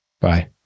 bye